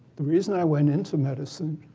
the reason i went into medicine